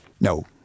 No